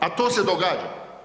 A to se događa.